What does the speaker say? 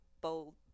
bold